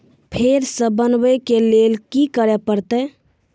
फेर सॅ बनबै के लेल की करे परतै?